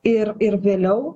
ir ir vėliau